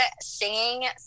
singing